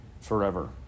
forever